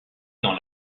dans